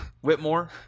Whitmore